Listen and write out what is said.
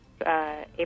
April